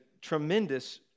tremendous